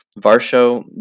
varsho